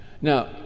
Now